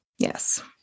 Yes